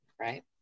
Right